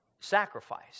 sacrifice